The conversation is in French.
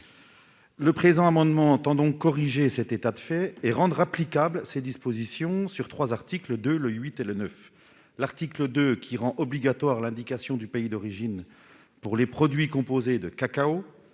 Le présent amendement tend à corriger cet état de fait et à rendre applicables les dispositions des articles 2, 8 et 9. L'article 2 rend obligatoire l'indication du pays d'origine pour les produits composés de cacao